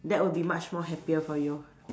that will be much more happier for you